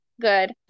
good